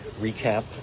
recap